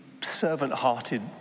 servant-hearted